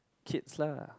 kids lah